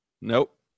Nope